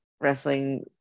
wrestling